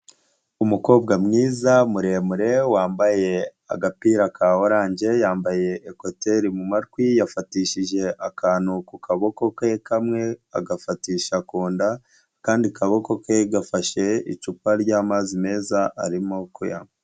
Umukobwa mwiza muremure wambaye agapira ka oranje, yambaye ekuteri mu matwi yafatishije akantu ku kaboko ke kamwe agafatisha ku nda, akandi kaboko ke gafashe icupa ry'amazi meza arimo kuyanywa.